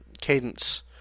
Cadence